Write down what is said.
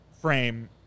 frame